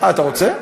אתה רוצה?